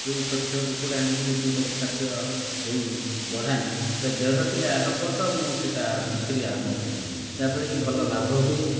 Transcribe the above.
ଯେଉଁ ଛୋଟ ଛୋଟ କୁକୁଡ଼ା ଆଣିକରି ଏଠି ତାଙ୍କୁ ଖାଦ୍ୟ ଦେଇ ବଢ଼ାଏ ପ୍ରାୟ ଦେଢ଼ କିଲୋ ହେବ ତ ମୁଁ ସେଇଟା ବିକ୍ରି ଆରମ୍ଭ କରିବି ଯାହା ଫଳରେ କି ଭଲ ଲାଭ ହୁଏ